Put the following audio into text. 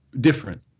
different